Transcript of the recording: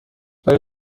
آیا